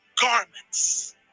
garments